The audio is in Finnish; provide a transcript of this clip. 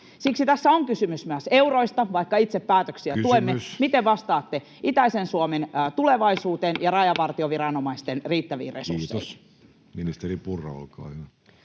Siksi tässä on kysymys myös euroista, vaikka itse päätöksiä tuemme. [Puhemies: Kysymys!] Miten vastaatte itäisen Suomen tulevaisuuteen ja rajavartioviranomaisten riittäviin resursseihin?